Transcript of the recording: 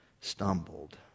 stumbled